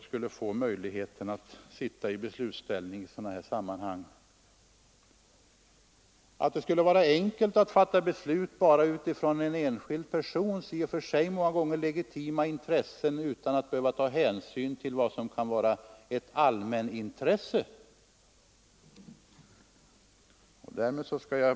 — skulle få möjligheten att sitta i beslutsställning i sådana här sammanhang, så skulle det vara mycket enkelt för honom att fatta beslut utifrån en enskild persons i och för sig många gånger legitima intressen och utan att ta hänsyn till vad som kan vara ett allmänt intresse.